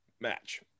Match